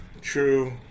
True